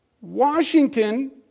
Washington